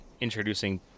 introducing